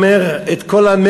ושוויון בין בני-אדם, אהלן וסהלן.